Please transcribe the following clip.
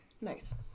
Nice